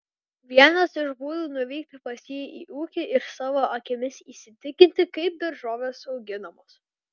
vienas iš būdų nuvykti pas jį į ūkį ir savo akimis įsitikinti kaip daržovės auginamos